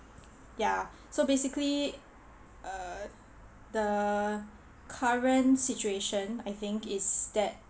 ya so basically uh the current situation I think is that